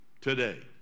today